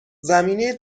زمینه